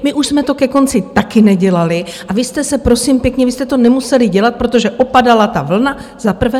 My už jsme to ke konci taky nedělali a vy jste, prosím pěkně, vy jste to nemuseli dělat, protože opadala ta vlna za prvé.